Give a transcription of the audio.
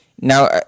Now